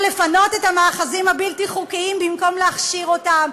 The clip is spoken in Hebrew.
או לפנות את המאחזים הבלתי-חוקיים במקום להכשיר אותם,